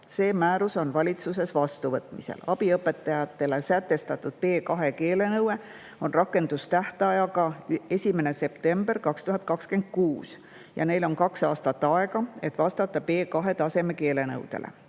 See määrus on valitsuses vastuvõtmisel. Abiõpetajatele sätestatud B2 keelenõue on rakendustähtajaga 1. september 2026. Neil on kaks aastat aega, et vastata B2‑taseme keelenõudele.